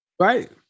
Right